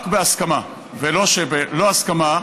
רק בהסכמה, ולא ללא הסכמה.